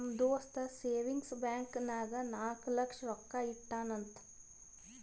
ನಮ್ ದೋಸ್ತ savings bank ನಾಗ್ ನಾಲ್ಕ ಲಕ್ಷ ರೊಕ್ಕಾ ಇಟ್ಟಾನ್ ಅಂತ್